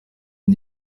ubu